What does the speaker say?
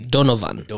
Donovan